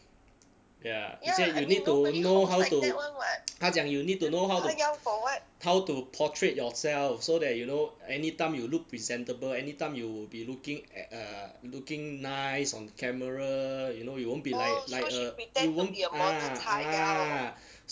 ya she said you need to know how to 她讲 you need to know how to how to portray yourself so that you know anytime you look presentable anytime you will be looking a~ err looking nice on camera you know you won't be like like a you won't be ah ah